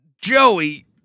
Joey